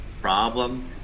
Problem